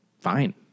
fine